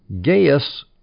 Gaius